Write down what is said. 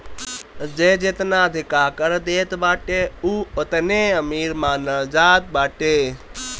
जे जेतना अधिका कर देत बाटे उ ओतने अमीर मानल जात बाटे